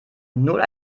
null